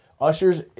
ushers